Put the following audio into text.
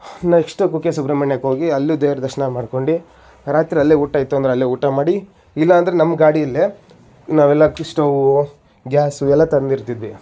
next Kukke ಸುಬ್ರಮಣ್ಯಕ್ಕೆ ಹೋಗಿ ಅಲ್ಲೂ ದೇವರ ದರ್ಶನ ಮಾಡ್ಕೊಂಡು ರಾತ್ರಿ ಅಲ್ಲೇ ಊಟ ಇತ್ತು ಅಂದರೆ ಅಲ್ಲೇ ಊಟ ಮಾಡಿ ಇಲ್ಲ ಅಂದರೆ ನಮ್ಮ ಗಾಡಿಯಲ್ಲೇ ನಾವೆಲ್ಲ ಅಕ್ಕಿ ಸ್ಟೌವು ಗ್ಯಾಸು ಎಲ್ಲ ತಂದಿರ್ತಿದ್ವಿ